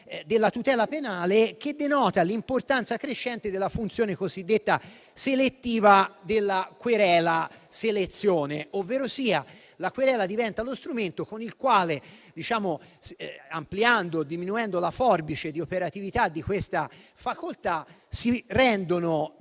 della tutela penale, che denota l'importanza crescente della funzione cosiddetta selettiva della querela-selezione; ovverosia la querela diventa lo strumento con il quale, ampliando o diminuendo la forbice di operatività di questa facoltà, si rende